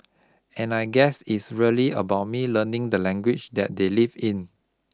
and I guess it's really about me learning the language that they live in